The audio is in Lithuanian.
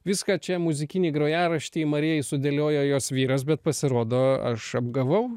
viską čia muzikinį grojaraštį marijai sudėliojo jos vyras bet pasirodo aš apgavau